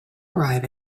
arrive